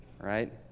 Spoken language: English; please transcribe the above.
right